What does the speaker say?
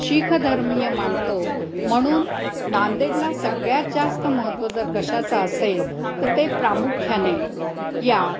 शिखधर्मीय मानतो म्हणून नांदेडला सगळ्यात जास्त महत्त्व जर कशाचं असेल तर ते प्रामुख्याने या